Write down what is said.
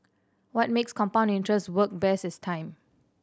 what makes compound interest work best is time